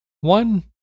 One